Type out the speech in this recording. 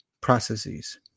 processes